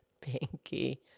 Pinky